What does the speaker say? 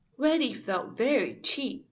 reddy felt very cheap,